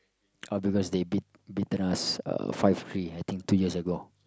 all because they beat beaten us uh five three I think two years ago